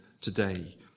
today